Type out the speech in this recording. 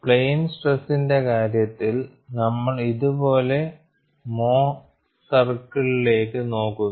plain സ്ട്രെസിന്റെ കാര്യത്തിൽ നമ്മൾ ഇതുപോലെ മോഹർ സർക്കിളിലേക്ക് Mohr's circle നോക്കുന്നു